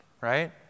right